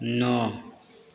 नौ